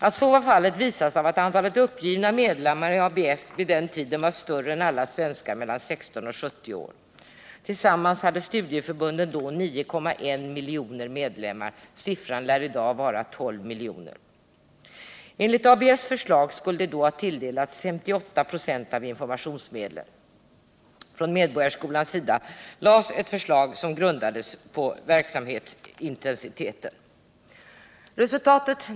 Att så var fallet visas av att antalet uppgivna medlemmar i ABF vid den tiden var större än det totala antalet svenskar mellan 16 och 70 år. Tillsammans hade studieförbun den 9,1 miljoner medlemmar. Siffran lär i dag vara 12 miljoner. Enligt ABF:s förslag skulle de tilldelas 58 26 av informationsmedlen. Medborgarskolan lade fram ett förslag som grundades på verksamhetsintensiteten.